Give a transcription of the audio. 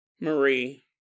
Marie